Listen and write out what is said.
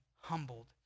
humbled